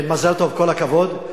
מזל טוב, כל הכבוד.